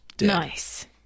Nice